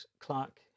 Clark